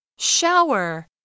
Shower